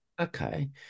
Okay